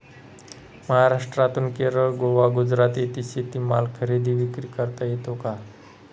महाराष्ट्रातून केरळ, गोवा, गुजरात येथे शेतीमाल खरेदी विक्री करता येतो का?